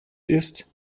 ist